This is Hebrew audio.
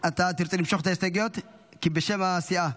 אתה תרצה למשוך את ההסתייגויות בשם הסיעה?